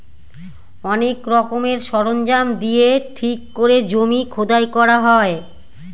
অনেক রকমের সরঞ্জাম দিয়ে ঠিক করে জমি খোদাই করা হয়